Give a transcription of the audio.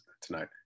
tonight